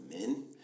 men